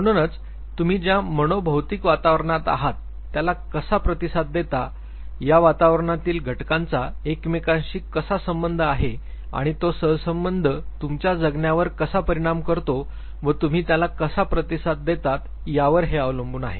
म्हणूनच तुम्ही ज्या मनो भौतिक वातावरणात आहात त्याला कसा प्रतिसाद देता या वातावरणातील घटकांचा एकमेकांशी कसा संबंध आहे आणि तो सहसंबंध तुमच्या जगण्यावर कसा परिणाम करतो व तुम्ही त्याला कसा प्रतिसाद देतात यावर हे अवलंबून आहे